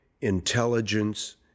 intelligence